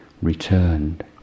returned